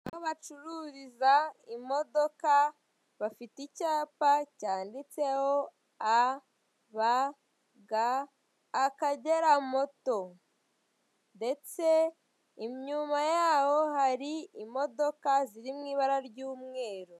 Aho bacururiza imodoka bafite icyapa cyanditseho ABG Akagera moto ndetse inyuma yaho hari imodoka ziri mu ibara ry'umweru.